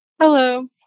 Hello